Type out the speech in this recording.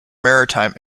maritime